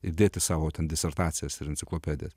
ir dėti savo disertacijas ir enciklopedijas